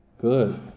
Good